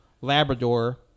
Labrador